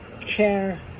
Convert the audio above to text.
care